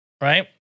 right